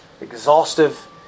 Exhaustive